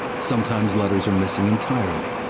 sometimes letters are missing entirely,